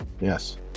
yes